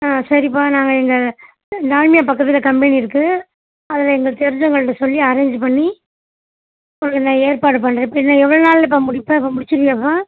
ஆ சரிப்பா நாங்கள் எங்கள் டால்மியா பக்கத்தில் கம்பெனி இருக்கு அதில் எங்களுக்கு தெரிஞ்சவங்கள்கிட்ட சொல்லி அரேஞ்ச் பண்ணி உங்களுக்கு நான் ஏற்பாடு பண்றேன் இப்போ இன்னும் எவ்வளோ நாளுலப்பா முடிப்ப இப்போ முடிச்சிருவியாப்பா